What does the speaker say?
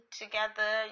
together